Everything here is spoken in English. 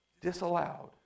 Disallowed